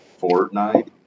Fortnite